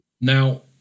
Now